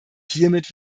hiermit